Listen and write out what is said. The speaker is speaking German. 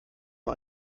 nur